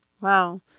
Wow